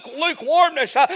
lukewarmness